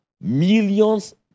Millions